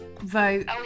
vote